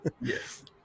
Yes